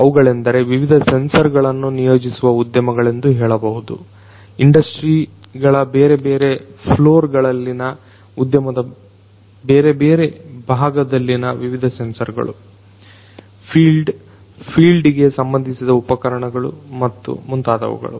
ಅವುಗಳೆಂದರೆ ವಿವಿಧ ಸೆನ್ಸರ್ಗಳನ್ನು ನಿಯೋಜಿಸುವ ಉದ್ಯಮಗಳೆಂದು ಹೇಳಬಹುದು ಇಂಡಸ್ಟ್ರಿಗಳ ಬೇರೆ ಬೇರೆ ಫ್ಲೋರ್ ಗಳಲ್ಲಿನ ಉದ್ಯಮದ ಬೇರೆ ಬೇರೆ ಭಾಗದಲ್ಲಿನ ವಿವಿಧ ಸೆನ್ಸರ್ಗಳು ಫೀಲ್ಡ್ ಫೀಲ್ಡಿಗೆ ಸಂಬಂಧಿಸಿದ ಉಪಕರಣಗಳು ಮತ್ತು ಮುಂತಾದವುಗಳು